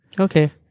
okay